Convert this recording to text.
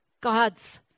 God's